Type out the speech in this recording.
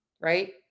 right